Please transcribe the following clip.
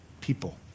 people